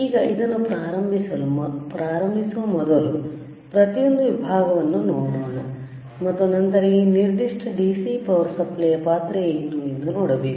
ಈಗ ಇದನ್ನು ಪ್ರಾರಂಭಿಸುವ ಮೊದಲು ಪ್ರತಿಯೊಂದು ವಿಭಾಗವನ್ನು ನೋಡೋಣ ಮತ್ತು ನಂತರ ಈ ನಿರ್ದಿಷ್ಟ DC ಪವರ್ ಸಪ್ಲೈಯ ಪಾತ್ರ ಏನು ಎಂದು ನೋಡಬೇಕು